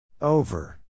Over